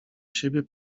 siebie